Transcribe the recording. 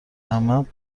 عمم